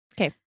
okay